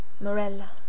Morella